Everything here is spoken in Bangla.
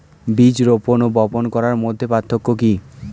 বীজ রোপন ও বপন করার মধ্যে পার্থক্য কি?